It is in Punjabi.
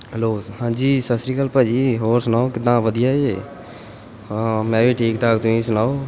ਹੈਲੋ ਹਾਂਜੀ ਸਤਿ ਸ਼੍ਰੀ ਅਕਾਲ ਭਾਅ ਜੀ ਹੋਰ ਸੁਣਾਓ ਕਿੱਦਾਂ ਵਧੀਆ ਜੇ ਹਾਂ ਮੈਂ ਵੀ ਠੀਕ ਠਾਕ ਤੁਸੀਂ ਸੁਣਾਓ